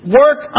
work